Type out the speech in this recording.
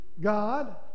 God